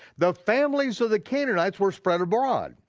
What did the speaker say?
the families of the canaanites were spread abroad,